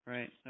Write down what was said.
Right